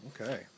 Okay